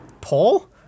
Paul